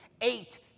eight